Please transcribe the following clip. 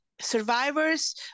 survivors